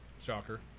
Shocker